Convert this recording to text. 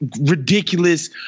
ridiculous